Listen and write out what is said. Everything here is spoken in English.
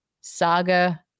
Saga